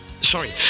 sorry